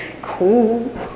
cool